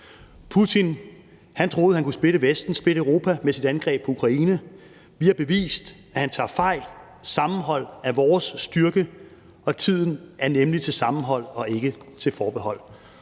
Putin troede, han kunne splitte Vesten, splitte Europa med sit angreb på Ukraine. Vi har bevist, at han tager fejl. Sammenhold er vores styrke, og tiden er nemlig til sammenhold og ikke til forbehold.